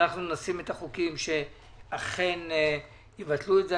אנחנו נניח את הצעות החוק שאכן יבטלו את זה.